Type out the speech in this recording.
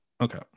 Okay